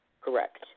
Correct